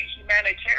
humanitarian